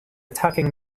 attacking